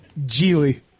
Geely